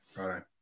right